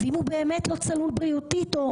ואם הוא באמת לא צלול בריאותית או